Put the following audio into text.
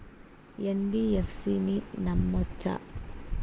NBFC ని నమ్మచ్చా?